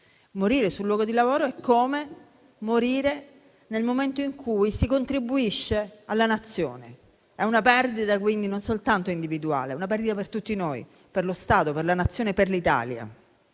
Morire sul luogo di lavoro è come morire nel momento in cui si contribuisce alla Nazione. È una perdita non soltanto individuale, ma per tutti noi, per lo Stato, per la Nazione, per l'Italia.